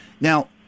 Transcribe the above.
Now